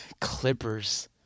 Clippers